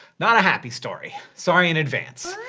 not a happy story sorry in advance.